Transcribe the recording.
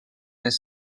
les